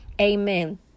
Amen